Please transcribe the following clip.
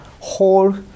whole